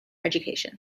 education